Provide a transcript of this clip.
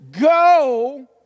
go